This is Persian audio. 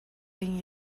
این